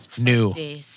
new